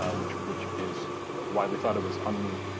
ah which which is widely thought of as and